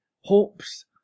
hopes